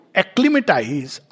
acclimatize